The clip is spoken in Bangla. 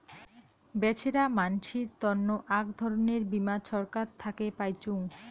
বেছেরা মানসির তন্ন আক ধরণের বীমা ছরকার থাকে পাইচুঙ